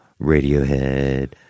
Radiohead